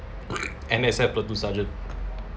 N_S platoon sergeant